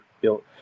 built